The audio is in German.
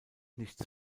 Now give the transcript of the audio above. nichts